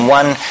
one